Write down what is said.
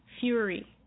fury